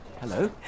Hello